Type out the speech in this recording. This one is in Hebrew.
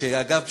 אגב,